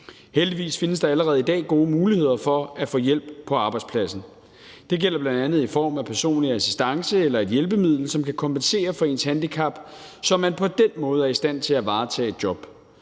Heldigvis findes der allerede i dag gode muligheder for at få hjælp på arbejdspladsen. Det gælder bl.a. i form af personlig assistance eller et hjælpemiddel, som kan kompensere for ens handicap, så man på den måde er i stand til at varetage et job.